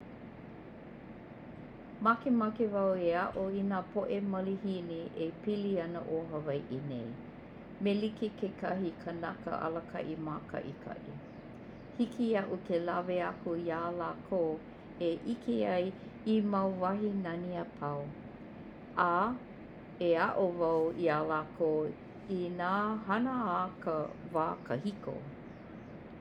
Makemake wau e a'o i nā po'e malihini e pili ana 'o Hawai'i nei me like kekahi kanaka alaka'i māka'ika'i. Hiki ia'u ke lawe aku ia lākou e 'ike ai i mau wahi nani apau, a e a'o wau iā lākou i nā hana a ka wā kahiko.